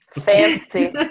Fancy